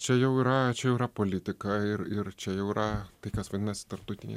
čia jau yra čia jau yra politika ir ir čia jau yra tai kas vadinasi tarptautiniai